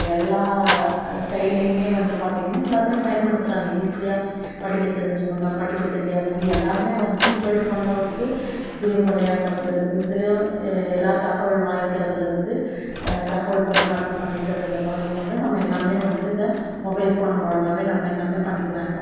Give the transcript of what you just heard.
எல்லா செயல்லேயுமே வந்து பார்த்தீங்கன்னா எல்லோருமே பயன்படுத்துகிறாங்க ஈஸியாக படிக்க தெரிஞ்சவங்க படிக்க தெரியாதவங்க எல்லோருமே வந்து மொபைல் ஃபோனில் வந்துட்டு கேம் விளையாட்றதுலேருந்து எல்லா தகவல் வாங்கிறதிலேருந்து தகவல் பரிமாற்றம் பண்ணிக்கிறது முதல் கொண்டு நம்ம எல்லாமே வந்து இந்த மொபைல் ஃபோன் மூலமாகவே நம்ம எல்லாமே பண்ணிக்கிறாங்க